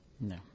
No